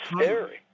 scary